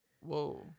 Whoa